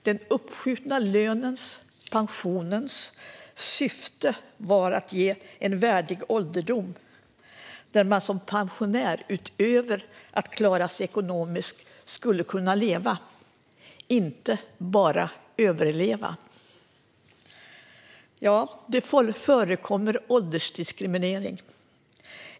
Den uppskjutna lönens - pensionens - syfte var att ge en värdig ålderdom där man som pensionär, utöver att klara sig ekonomiskt, skulle kunna leva och inte bara överleva. Ja, det förekommer en åldersdiskriminering.